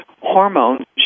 hormones